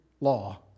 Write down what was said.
law